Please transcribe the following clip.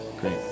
Great